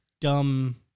dumb